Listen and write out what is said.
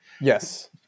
Yes